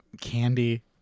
candy